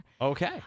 Okay